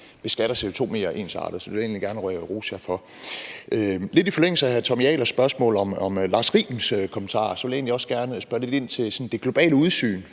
beskatter CO2 mere ensartet. Så det vil jeg egentlig gerne rose jer for. Lidt i forlængelse af hr. Tommy Ahlers spørgsmål om Lars Rebien Sørensens kommentarer vil jeg egentlig også gerne spørge lidt ind til det globale udsyn,